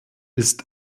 ist